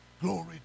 glory